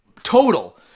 Total